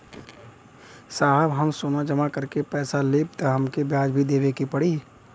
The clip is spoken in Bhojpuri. साहब हम सोना जमा करके पैसा लेब त हमके ब्याज भी देवे के पड़ी?